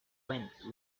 went